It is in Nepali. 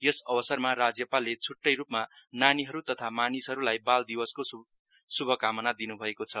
यस अवसरमा राज्यपालले छुट्टै रुपमा नानीहरु तथा मानिसहरुलाई बाल दिवसको शुभकामना दिनुभएको छ